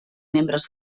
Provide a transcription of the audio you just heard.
membres